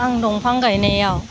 आं दंफां गायनायाव